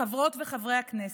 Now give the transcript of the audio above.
חברות וחברי הכנסת,